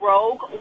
Rogue